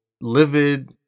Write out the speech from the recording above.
livid